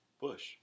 Bush